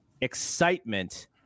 excitement